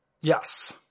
Yes